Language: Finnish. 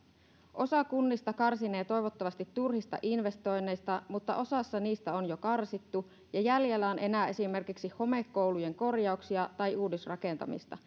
osa kunnista karsinee toivottavasti turhista investoinneista mutta osassa niistä on jo karsittu ja jäljellä on enää esimerkiksi homekoulujen korjauksia tai uudisrakentamista